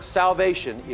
salvation